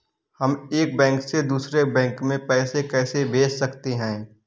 हम एक बैंक से दूसरे बैंक में पैसे कैसे भेज सकते हैं?